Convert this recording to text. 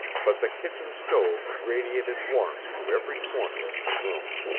but the kitchen stove radiated warmth to every corner of the room.